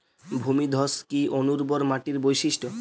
ভূমিধস কি অনুর্বর মাটির বৈশিষ্ট্য?